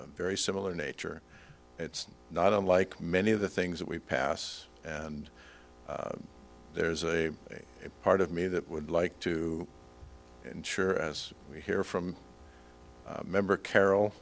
very similar nature it's not unlike many of the things that we pass and there's a part of me that would like to ensure as we hear from member carol